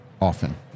often